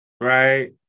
right